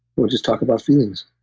we'll just talk about feelings,